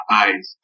eyes